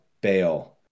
bail